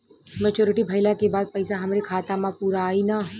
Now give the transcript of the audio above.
Maturity भईला के बाद पईसा हमरे खाता म पूरा आई न?